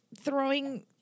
throwing